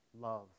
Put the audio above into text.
love